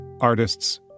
artists